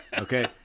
Okay